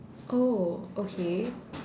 oh okay